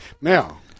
Now